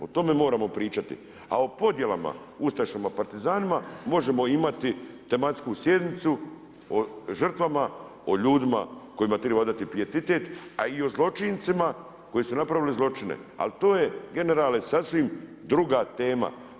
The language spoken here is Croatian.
O tome moramo pričati a o podjelama, ustaša, partizanima, možemo imati tematsku sjednicu o žrtvama, o ljudima kojima treba odati pijetet a i o zločincima koju su napravili zločine, ali to je generale, sasvim druga tema.